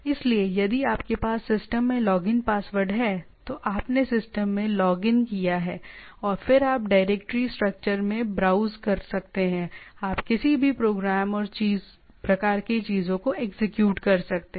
इसलिए यदि आपके पास सिस्टम में लॉगिन पासवर्ड है तो आपने सिस्टम में लॉग इन किया है और फिर आप डायरेक्टरी स्ट्रक्चर में ब्राउज़ कर सकते हैं आप किसी भी प्रोग्राम और प्रकार की चीजों को एग्जीक्यूट कर सकते हैं